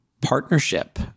partnership